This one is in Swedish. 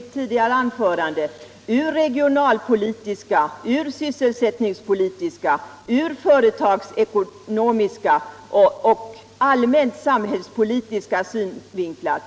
på frågan ur såväl regionalpolitiska, sysselsättningspolitiska, företagsekonomiska som allmänt samhällspolitiska synvinklar.